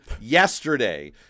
yesterday